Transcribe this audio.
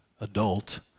adult